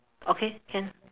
okay can